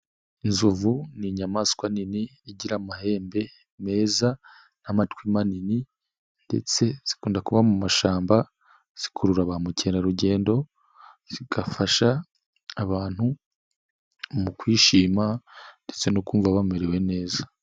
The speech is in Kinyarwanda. Inzovu ni inyamaswa nini igira amahembe meza n'amatwi manini ndetse zikunda kuba mu mashyamba zikurura ba mukerarugendo, zigafasha abantu mu kwishima ndetse no kumva bamerewe neza.